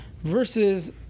versus